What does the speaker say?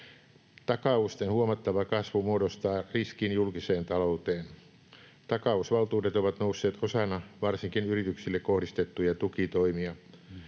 Takausten huomattava kasvu muodostaa riskin julkiseen talouteen. Takausvaltuudet ovat nousseet osana varsinkin yrityksille kohdistettuja tukitoimia.